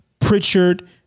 Pritchard